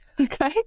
okay